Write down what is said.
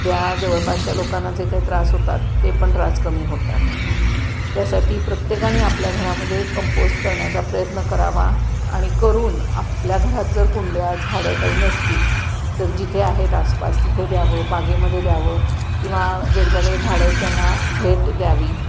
ज्या जवळपासच्या लोकांना जे काही त्रास होतात ते पण त्रास कमी होतात त्यासाठी प्रत्येकाने आपल्या घरामध्ये कंपोस्ट करण्याचा प्रयत्न करावा आणि करून आपल्या घरात जर कुंड्या झाडं काही नसतील तर जिथे आहेत आसपास तिथे द्यावं बागेमध्ये द्यावं किंवा ज्यांच्याकडे झाडं आहेत त्यांना भेट द्यावी